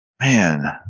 man